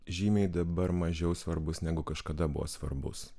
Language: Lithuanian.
žymiai dabar mažiau svarbus negu kažkada buvo svarbus